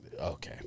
Okay